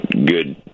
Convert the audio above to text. Good